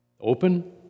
Open